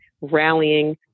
rallying